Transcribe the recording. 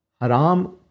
Haram